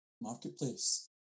marketplace